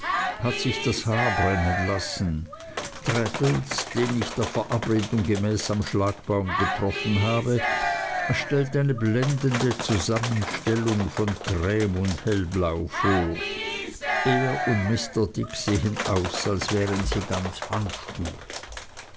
hat sich das haar brennen lassen traddles den ich der verabredung gemäß am schlagbaum getroffen habe stellt eine blendende zusammenstellung von creme und hellblau dar er und mr dick sehen aus als wären sie ganz handschuh